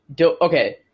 Okay